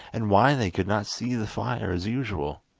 and why they could not see the fire as usual.